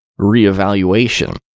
reevaluation